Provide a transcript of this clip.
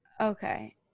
okay